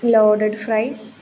loaded fries